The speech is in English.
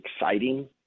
exciting